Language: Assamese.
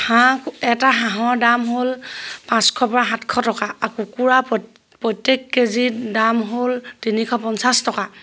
হাঁহ এটা হাঁহৰ দাম হ'ল পাঁচশ পৰা সাতশ টকা আৰু কুকুৰা প প্ৰত্যেক কেজিৰ দাম হ'ল তিনিশ পঞ্চাছ টকা